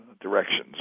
directions